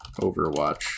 overwatch